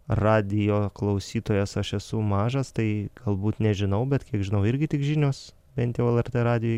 radijo klausytojas aš esu mažas tai galbūt nežinau bet kiek žinau irgi tik žinios bent jau lrt radijuj